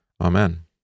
Amen